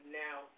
now